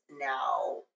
now